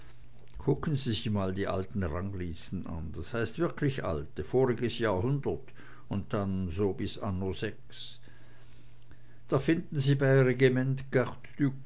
kucken sie sich mal die alten ranglisten an das heißt wirklich alte voriges jahrhundert und dann so bis anno sechs da finden sie bei regiment